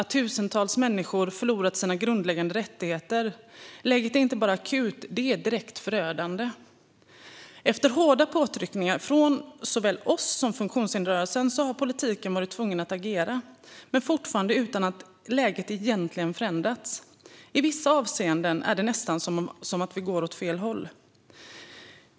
Tusentals människor har förlorat sina grundläggande rättigheter. Läget är inte bara akut - det är direkt förödande. Efter hårda påtryckningar från såväl oss som funktionshindersrörelsen har politiken varit tvungen att agera, men fortfarande utan att läget egentligen förändrats. I vissa avseenden är det nästan som att vi går åt fel håll.